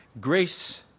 Grace